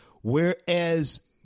whereas